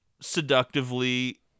seductively